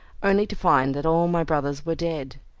only to find that all my brothers were dead.